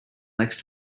next